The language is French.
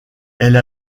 elle